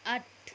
आठ